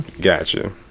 Gotcha